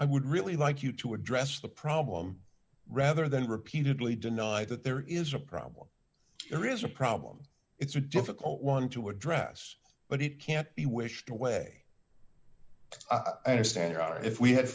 i would really like you to address the problem rather than repeatedly denied that there is a problem there is a problem it's a difficult one to address but it can't be wished away i understand your honor if we had